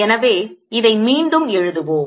எனவே இதை மீண்டும் எழுதுவோம்